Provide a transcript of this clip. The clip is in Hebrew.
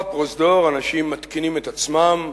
בפרוזדור אנשים מתקינים את עצמם.